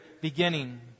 beginning